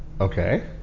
Okay